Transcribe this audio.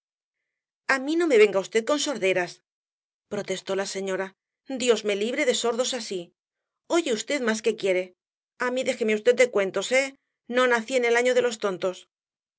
a mí no me venga v con sorderas protestó la señora dios me libre de sordos así oye v más que quiere a mí déjeme v de cuentos eh no nací en el año de los tontos